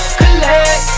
collect